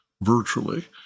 virtually